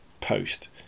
post